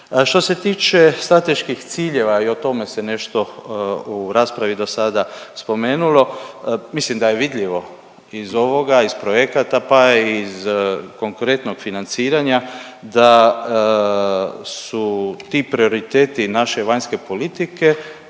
Što se tiče strateških ciljeva i o tome se nešto u raspravi dosada spomenulo. Mislim da je vidljivo iz ovoga, iz projekata pa i iz konkretnog financiranja da su ti prioriteti naše vanjske politike